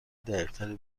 دقیقتری